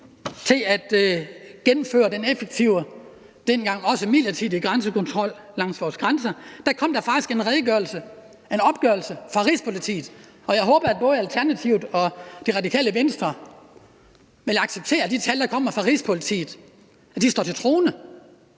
til at gennemføre den effektive og dengang også midlertidige grænsekontrol langs vores grænser, hvor der faktisk kom en redegørelse, en opgørelse, fra Rigspolitiet – og jeg håber, at både Alternativet og Det Radikale Venstre vil acceptere, at de tal, der kommer fra Rigspolitiet, står til troende,